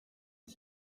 bye